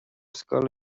scoil